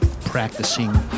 practicing